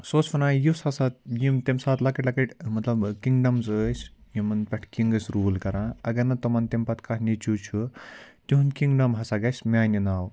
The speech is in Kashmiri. سُہ اوس وَنان یُس ہَسا یِم تمہِ ساتہٕ لۄکٕٹۍ لۄکٕٹۍ مطلب کِنٛگڈَمٕز ٲسۍ یِمَن پٮ۪ٹھ کِنٛگ ٲسۍ روٗل کَران اگر نہٕ تِمَن تَمہِ پَتہٕ کانٛہہ نیٚچوٗ چھُ تِہُنٛد کِنٛگڈَم ہَسا گژھِ میٛانہِ ناو